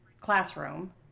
classroom